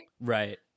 Right